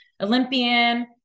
Olympian